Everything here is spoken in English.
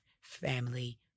family